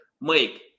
make